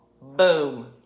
boom